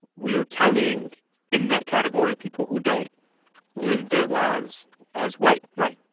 we are counting in that category people who don't live their lives as white right.